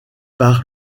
par